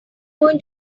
going